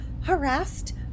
harassed